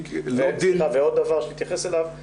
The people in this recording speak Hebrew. יש עוד דבר שתתייחס אליו.